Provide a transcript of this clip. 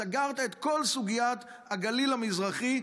סגרת את כל סוגיית הגליל המזרחי,